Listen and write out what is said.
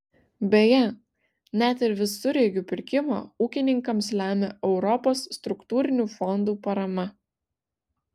beje net ir visureigių pirkimą ūkininkams lemia europos struktūrinių fondų parama